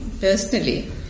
personally